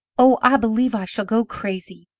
oh! i believe i shall go crazy!